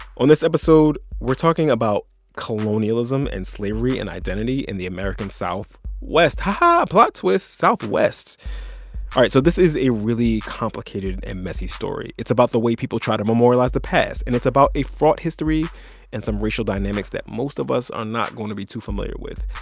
on this episode, we're talking about colonialism and slavery and identity in the american south west. ha-ha, plot twist southwest. all right. so this is a really complicated and messy story. it's about the way people try to memorialize the past. and it's about a fraught history and some racial dynamics that most of us are not going to be too familiar with.